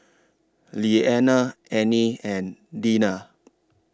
Liana Anie and Deena